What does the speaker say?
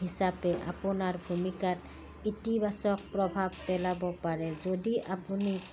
হিচাপে আপোনাৰ ভূমিকাত ইতিবাচক প্ৰভাৱ পেলাব পাৰে যদি আপুনি